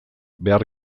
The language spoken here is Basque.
behar